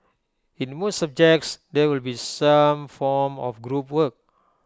in most subjects there will be some form of group work